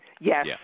Yes